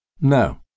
No